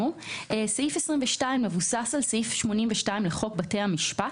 סעיף 22 מבוסס על סעיף 82 לחוק בתי המשפט.